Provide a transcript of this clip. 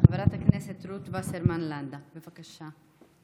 חברת הכנסת רות וסרמן לנדה, בבקשה.